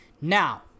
Now